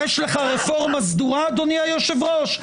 יש לך רפורמה סדורה, אדוני היושב-ראש?